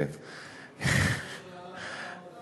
ניהלה משא-ומתן.